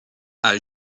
ainsi